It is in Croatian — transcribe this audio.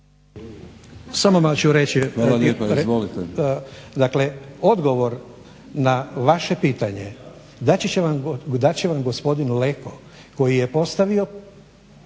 Samo ću reći, dakle odgovor na vaše pitanje dat će vam gospodin Leko koji je postavio